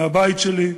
מהבית שלי,